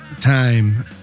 time